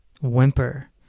whimper